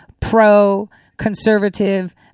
pro-conservative